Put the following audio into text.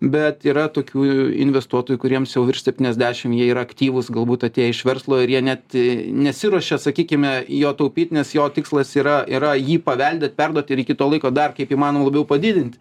bet yra tokių investuotojų kuriems jau virš septyniasdešim jie yra aktyvūs galbūt atėję iš verslo ir jie net nesiruošia sakykime jo taupyt nes jo tikslas yra yra jį paveldėt perduot ir iki to laiko dar kaip įmanoma labiau padidint